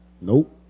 Nope